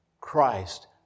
Christ